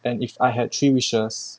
and if I had three wishes